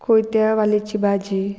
कोयत्या वालेची भाजी